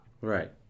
right